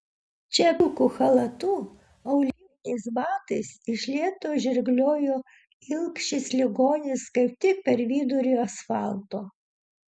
čia pilku chalatu auliniais batais iš lėto žirgliojo ilgšis ligonis kaip tik per vidurį asfalto